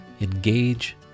Engage